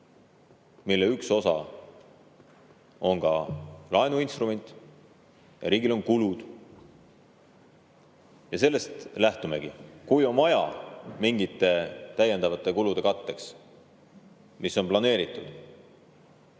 mille üks osa on ka laenuinstrument, ja riigil on kulud. Sellest me lähtumegi. Kui mingite täiendavate kulude katteks, mis on planeeritud,